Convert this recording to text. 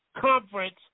conference